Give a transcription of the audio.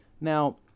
Now